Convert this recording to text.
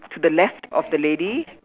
to the left of the lady